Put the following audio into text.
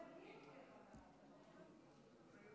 אם כך, 22